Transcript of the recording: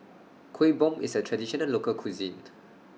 Kuih Bom IS A Traditional Local Cuisine